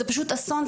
זה פשוט אסון,